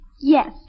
Yes